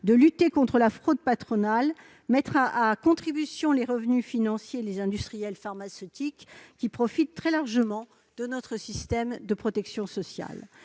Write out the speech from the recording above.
de lutter contre la fraude patronale et de mettre à contribution les revenus financiers et les industriels pharmaceutiques, qui profitent très largement de notre système de protection sociale.